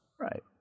Right